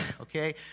okay